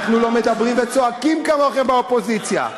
אנחנו לא מדברים וצועקים כמוכם, באופוזיציה.